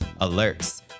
Alerts